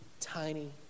tiny